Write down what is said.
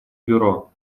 бюро